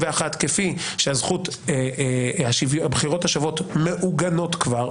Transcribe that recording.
כפי שהבחירות השוות מעוגנות כבר,